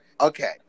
Okay